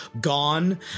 Gone